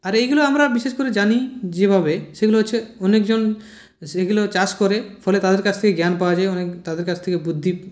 আর এইগুলো আমরা বিশেষ করে জানি যেভাবে সেগুলো হচ্ছে অনেকজন এগুলো চাষ করে ফলে তাদের কাছ থেকে জ্ঞান পাওয়া যায় অনেক তাঁদের কাছ থেকে বুদ্ধি